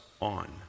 on